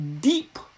deep